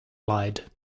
lied